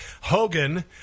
Hogan